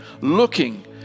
looking